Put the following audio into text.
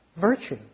Virtue